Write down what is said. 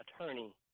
attorney